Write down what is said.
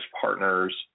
partners